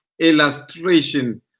illustration